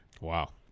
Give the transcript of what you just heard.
Wow